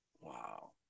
Wow